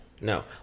no